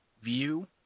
view